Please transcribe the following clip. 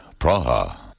Praha